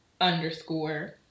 underscore